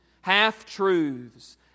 half-truths